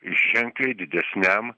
ženkliai didesniam